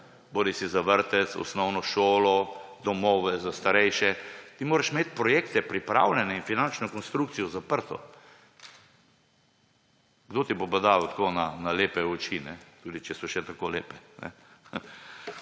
bodisi za vrtec, osnovno šolo, domove za starejše, ti moraš imeti projekte pripravljene in finančno konstrukcijo zaprto. Kdo ti bo pa dal tako na lepe oči, tudi če so še tako lepe?